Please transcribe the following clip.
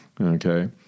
okay